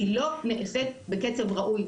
אבל היא לא נעשית בקצב ראוי,